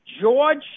George